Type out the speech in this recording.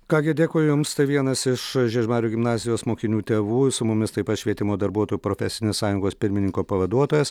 ką gi dėkui jums tai vienas iš žiežmarių gimnazijos mokinių tėvų su mumis taip pat švietimo darbuotojų profesinės sąjungos pirmininko pavaduotojas